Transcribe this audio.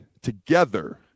together